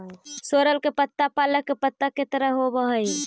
सोरल के पत्ता पालक के पत्ता के तरह होवऽ हई